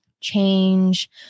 change